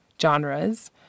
genres